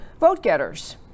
vote-getters